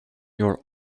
your